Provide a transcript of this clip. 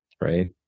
right